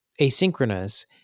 asynchronous